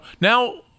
Now